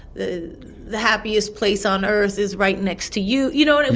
the the happiest place on earth is right next to you, you know.